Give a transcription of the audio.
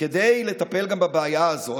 כדי לטפל גם בבעיה הזאת.